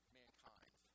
mankind